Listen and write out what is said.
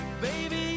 baby